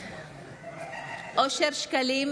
בהצבעה אושר שקלים,